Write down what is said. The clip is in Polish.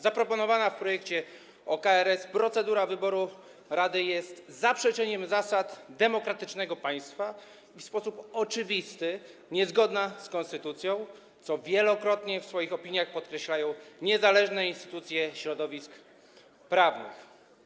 Zaproponowana w projekcie o KRS procedura wyboru rady jest zaprzeczeniem zasad demokratycznego państwa i w sposób oczywisty niezgodna z konstytucją, co wielokrotnie w swoich opiniach podkreślały niezależne instytucje środowisk prawnych.